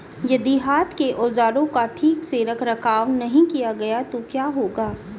यदि हाथ के औजारों का ठीक से रखरखाव नहीं किया गया तो क्या होगा?